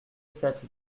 sept